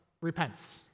repents